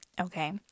Okay